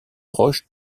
proche